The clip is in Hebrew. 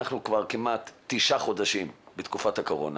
אנחנו כבר כמעט תשעה חודשים בתקופת הקורונה